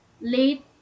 late